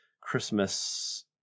Christmas